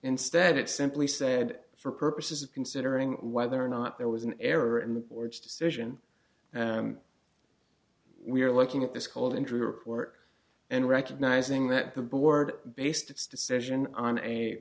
instead it simply said for purposes of considering whether or not there was an error in the board's decision we are looking at this called injury report and recognizing that the board based its decision on a